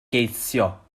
geisio